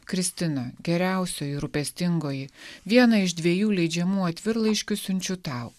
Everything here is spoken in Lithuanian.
kristina geriausioji rūpestingoji viena iš dviejų leidžiamų atvirlaiškių siunčiu tau